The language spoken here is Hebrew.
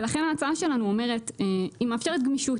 ולכן ההצעה שלנו מאפשרת גמישות.